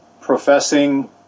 professing